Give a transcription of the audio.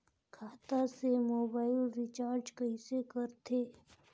खाता से mobile recharge कइसे करथे